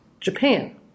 Japan